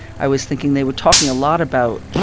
i was thinking they were talking a lot about,